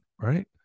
right